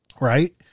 Right